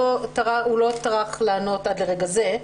הוא לא טרח לענות עד לרגע זה,